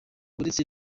uretse